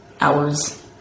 Hours